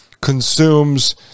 consumes